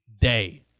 day